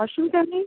অসুবিধা নেই